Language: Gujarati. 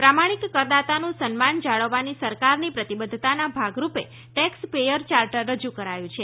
પ્રામાણિક કરદાતાનું સન્માન જાળવવાની સરકારની પ્રતિબદ્વતાના ભાગરૂપે ટેક્સ પેયર ચાર્ટર રજૂ કરાયું છે